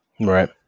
Right